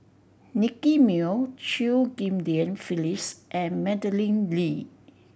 Nicky Moey Chew Ghim Lian Phyllis and Madeleine Lee